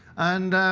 and